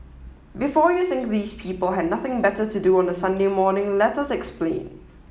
before you think these people had nothing better to do on a Sunday morning let us explain